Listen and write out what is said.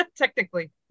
technically